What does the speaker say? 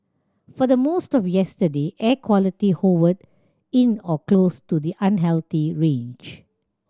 for the most of yesterday air quality hovered in or close to the unhealthy range